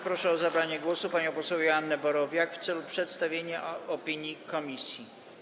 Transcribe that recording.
Proszę o zabranie głosu panią poseł Joannę Borowiak w celu przedstawienia opinii komisji.